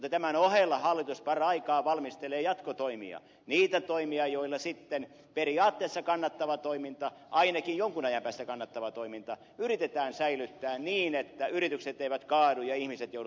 mutta tämän ohella hallitus paraikaa valmistelee jatkotoimia niitä toimia joilla sitten periaatteessa kannattava toiminta ainakin jonkun ajan päästä kannattava toiminta yritetään säilyttää niin että yritykset eivät kaadu ja ihmiset joudu työttömiksi